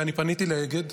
ואני פניתי לאגד,